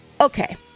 Okay